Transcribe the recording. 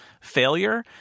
failure